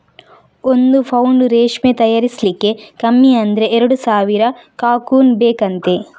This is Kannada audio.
ಒಂದು ಪೌಂಡು ರೇಷ್ಮೆ ತಯಾರಿಸ್ಲಿಕ್ಕೆ ಕಮ್ಮಿ ಅಂದ್ರೆ ಎರಡು ಸಾವಿರ ಕಕೂನ್ ಬೇಕಂತೆ